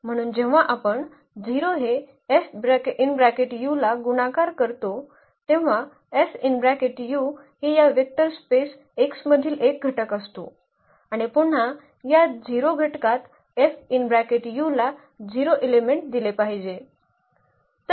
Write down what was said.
म्हणून जेव्हा आपण 0 हे ला गुणाकार करतो तेव्हा हे या वेक्टर स्पेस X मधील एक घटक असतो आणि पुन्हा या 0 घटकात ला 0 एलिमेंट दिले पाहिजे